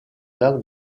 lac